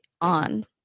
on